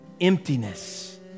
emptiness